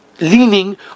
Leaning